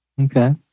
Okay